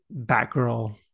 Batgirl